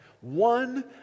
One